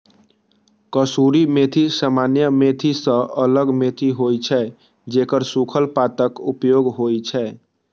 कसूरी मेथी सामान्य मेथी सं अलग मेथी होइ छै, जेकर सूखल पातक उपयोग होइ छै